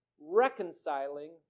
reconciling